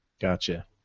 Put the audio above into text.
Gotcha